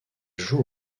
joue